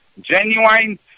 genuine